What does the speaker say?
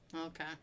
Okay